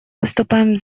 выступаем